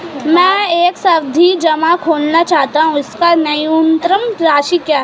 मैं एक सावधि जमा खोलना चाहता हूं इसकी न्यूनतम राशि क्या है?